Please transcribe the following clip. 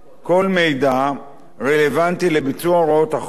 כל מידע רלוונטי לביצוע החוק,